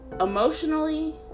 Emotionally